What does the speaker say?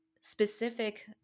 specific